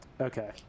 Okay